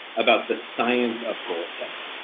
about the science of goal-setting.